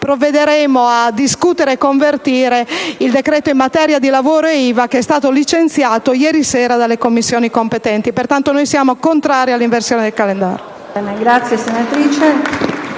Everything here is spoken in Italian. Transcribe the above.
provvederemo a discutere e a convertire il decreto in materia di lavoro e di IVA, che è stato licenziato ieri sera dalle Commissioni competenti. Pertanto, siamo contrari alla proposta di inversione